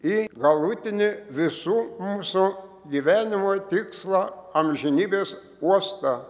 į galutinį visų mūsų gyvenimo tikslo amžinybės uostą